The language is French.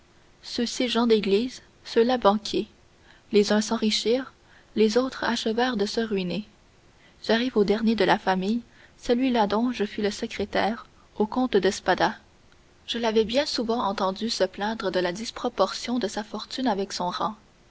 ceux-ci gens d'église ceux-là banquiers les uns s'enrichirent les autres achevèrent de se ruiner j'arrive au dernier de la famille à celui-là dont je fus le secrétaire au comte de spada je l'avais bien souvent entendu se plaindre de la disproportion de sa fortune avec son rang